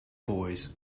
boys